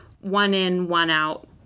one-in-one-out